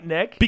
Nick